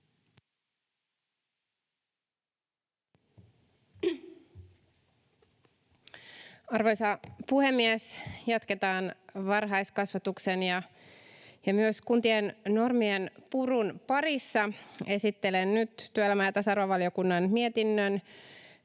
Arvoisa puhemies! Jatketaan varhaiskasvatuksen ja myös kuntien normien purun parissa. Esittelen nyt työelämä- ja tasa-arvovaliokunnan mietinnön